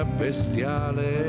bestiale